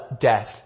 death